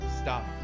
stop